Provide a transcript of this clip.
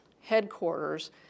headquarters